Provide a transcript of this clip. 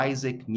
Isaac